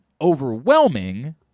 overwhelming